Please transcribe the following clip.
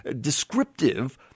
descriptive